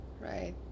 Right